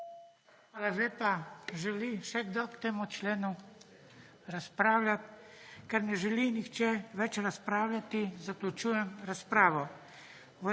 Hvala lepa. Želi še kdo k temu členu razpravljati? Ker ne želi nihče več razpravljati, zaključujem razpravo.